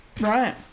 Right